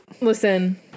Listen